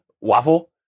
waffle